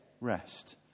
rest